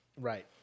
Right